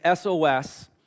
SOS